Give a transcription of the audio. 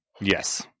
Yes